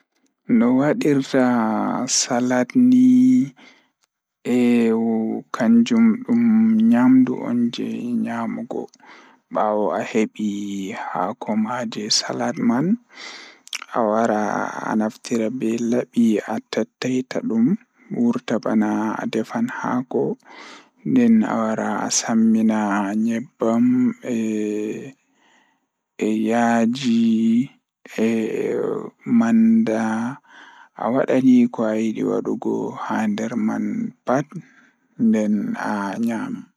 Toɗɗi waɗaɗo ndiyam salaatal haɗiɗo waɗtoore feere moƴƴo. Njahɗu ndiyam bene, oila, e ngol lemon maa biriji maa muku. Njiyataɗo kala ngal nguurndam, ngam ngal ngal njiddaade sabu fiyaangu ngal ngal.